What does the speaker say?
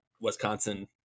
Wisconsin